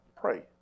pray